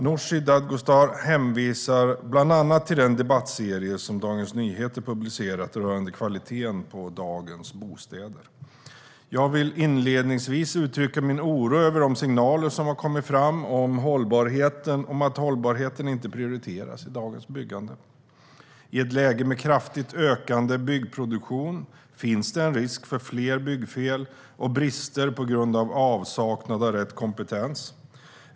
Nooshi Dadgostar hänvisar bland annat till den debattserie som Dagens Nyheter publicerat rörande kvaliteten på dagens bostäder. Jag vill inledningsvis uttrycka min oro över de signaler som har kommit fram om att hållbarheten inte prioriteras i dagens byggande. I ett läge med kraftigt ökande byggproduktion finns det en risk för fler byggfel och brister på grund av avsaknad av rätt kompetens.